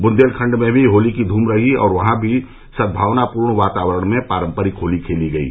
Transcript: बुन्देलखण्ड में भी होली की धूम रही और वहां भी सद्भावनापूर्ण वातावरण पारम्परिक होली खेली गयी